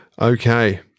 Okay